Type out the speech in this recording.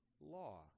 law